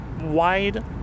wide